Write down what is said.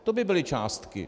To by byly částky!